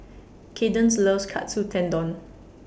Kadence loves Katsu Tendon